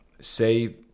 say